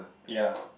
ya